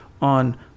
on